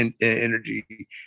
energy